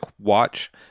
watch